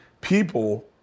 people